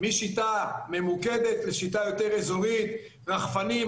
משיטה ממוקדת לשיטה יותר אזורית רחפנים,